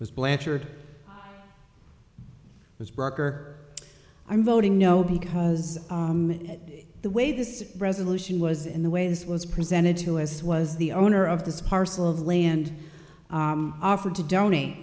blanchard was broker i'm voting no because the way this resolution was in the way this was presented to us was the owner of this parcel of land offered to donate